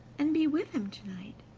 and be with him to-night,